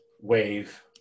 wave